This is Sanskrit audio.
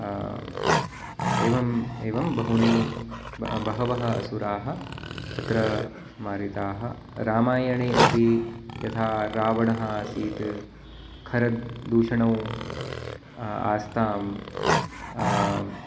एवम् एवं बहूनि बहवः असुराः तत्र मारिताः रामायणे अपि यथा रावणः आसीत् खरदूषणौ आस्ताम्